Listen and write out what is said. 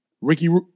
Ricky